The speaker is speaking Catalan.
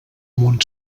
món